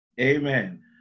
Amen